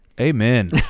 amen